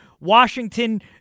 Washington